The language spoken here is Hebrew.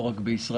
לא רק בישראל,